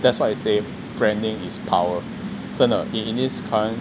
that's why I say branding is power 真的 in in this current